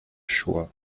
choix